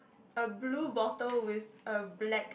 a blue bottle with a black